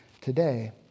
today